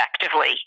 effectively